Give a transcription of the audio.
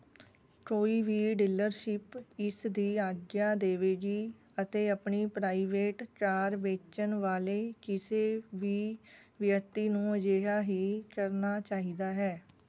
ਕੋਈ ਵੀ ਡੀਲਰਸ਼ਿਪ ਇਸ ਦੀ ਆਗਿਆ ਦੇਵੇਗੀ ਅਤੇ ਆਪਣੀ ਪ੍ਰਾਈਵੇਟ ਕਾਰ ਵੇਚਣ ਵਾਲੇ ਕਿਸੇ ਵੀ ਵਿਅਕਤੀ ਨੂੰ ਅਜਿਹਾ ਹੀ ਕਰਨਾ ਚਾਹੀਦਾ ਹੈ